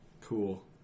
Cool